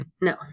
No